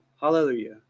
Hallelujah